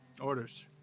Orders